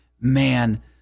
man